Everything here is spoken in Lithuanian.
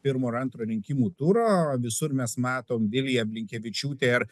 pirmo ir antro rinkimų turo visur mes matom viliją blinkevičiūtę ir